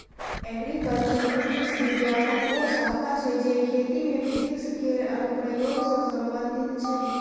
agriculture physics बिज्ञानक ओ शाखा छै जे खेती मे फिजिक्स केर अनुप्रयोग सँ संबंधित छै